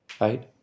right